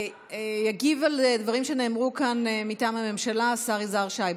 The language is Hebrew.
יגיב על הדברים שנאמרו כאן מטעם הממשלה השר יזהר שי,